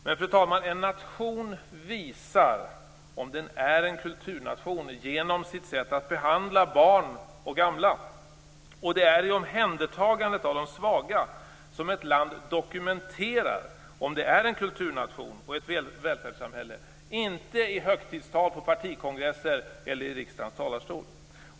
Men, fru talman, en nation visar om den är en kulturnation genom sitt sätt att behandla barn och gamla. Det är i omhändertagandet av de svaga som ett land dokumenterar om det är en kulturnation och ett välfärdssamhälle, inte i högtidstal på partikongresser eller i riksdagens talarstol.